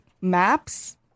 Maps